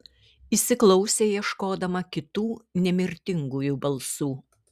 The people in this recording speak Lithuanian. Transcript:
įsiklausė ieškodama kitų nemirtingųjų balsų